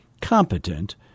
competent